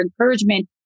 encouragement